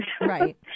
Right